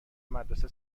مدرسه